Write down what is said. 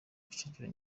kicukiro